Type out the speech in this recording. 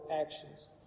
actions